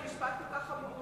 אם היית מצביעה קודם,